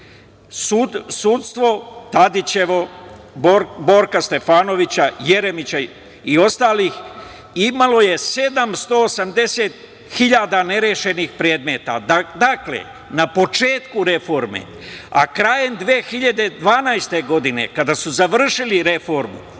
sudstvo Tadićevo, Borka Stefanovića, Jeremića i ostalih imalo je 780.000 nerešenih predmeta. Dakle, na početku reforme, a krajem 2012. godine, kada su završili reformu,